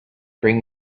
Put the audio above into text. bring